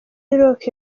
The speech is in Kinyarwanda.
rock